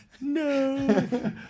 No